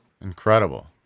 Incredible